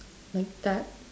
like that